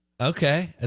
Okay